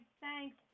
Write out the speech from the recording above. thanks